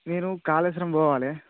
నేను కాళేశ్వరం పోవాలి